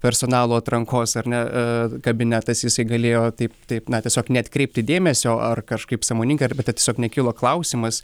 personalo atrankos ar ne kabinetas įsigalėjo taip taip na tiesiog neatkreipti dėmesio ar kažkaip sąmoningai arba tiesiog nekilo klausimas